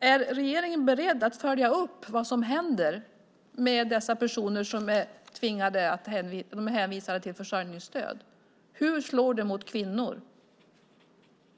Är regeringen beredd att följa upp vad som händer med de personer som är hänvisade till försörjningsstöd? Hur slår det mot kvinnor?